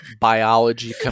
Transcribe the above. biology